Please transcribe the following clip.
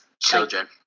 children